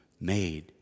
made